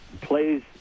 plays